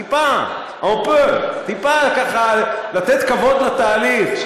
טיפה, un peu, טיפה, ככה, לתת כבוד לתהליך.